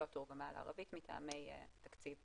לא תורגמה לערבית מטעמי תקציב,